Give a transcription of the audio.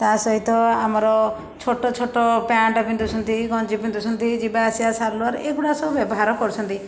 ତା'ସହିତ ଆମର ଛୋଟ ଛୋଟ ପ୍ୟାଣ୍ଟ ପିନ୍ଧୁଛନ୍ତି ଗଞ୍ଜି ପିନ୍ଧୁଛନ୍ତି ଯିବାଆସିବା ସାଲ୍ୱାର୍ ଏଗୁଡ଼ା ସବୁ ବ୍ୟବହାର କରୁଛନ୍ତି